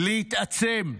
להתעצם.